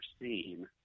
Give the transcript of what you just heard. seen